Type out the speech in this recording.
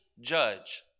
judge